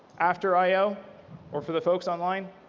after i o or for the folks online,